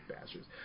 Bastards